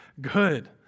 good